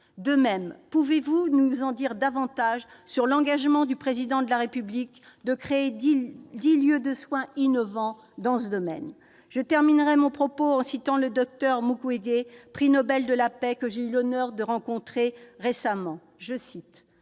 De même, pouvez-vous nous en dire davantage sur l'engagement du Président de la République de créer dix lieux de soins innovants dans ce domaine ? Je terminerai mon propos en citant le Dr Mukwege, prix Nobel de la paix, que j'ai eu l'honneur de rencontrer récemment :« Je